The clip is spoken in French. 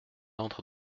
entre